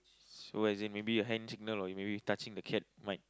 so as in maybe your hand signal or maybe you touching a cat might